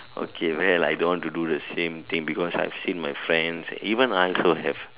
okay well I don't want to do the same thing because I've seen my friends and even I also have